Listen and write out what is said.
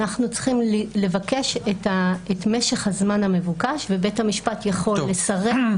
אנחנו צריכים לבקש את משך הזמן המבוקש ובית המשפט יכול לסרב,